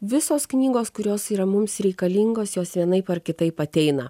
visos knygos kurios yra mums reikalingos jos vienaip ar kitaip ateina